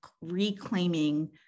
reclaiming